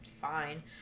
fine